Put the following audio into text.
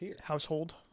household